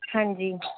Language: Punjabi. ਹਾਂਜੀ